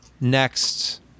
Next